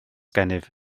gennyf